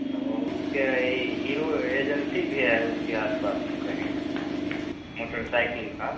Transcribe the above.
औ उसका यह हीरो एजेंसी भी है उसके आस पास में कहीं मोटर साइकिल की